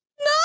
No